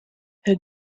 her